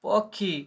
ପକ୍ଷୀ